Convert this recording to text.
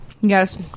Yes